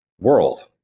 world